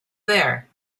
there